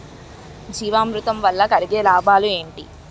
జీవామృతం వల్ల కలిగే లాభాలు ఏంటి?